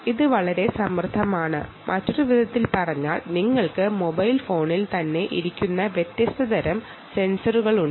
ഇത് വളരെ സമൃദ്ധമാണ് മറ്റൊരു വിധത്തിൽ പറഞ്ഞാൽ നിങ്ങൾക്ക് മൊബൈൽ ഫോണിൽ തന്നെ ഇരിക്കുന്ന വ്യത്യസ്ത തരം സെൻസറുകൾ ലഭ്യമാണ്